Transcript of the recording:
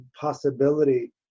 possibility